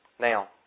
Now